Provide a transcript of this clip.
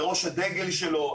בראש הדגל שלו,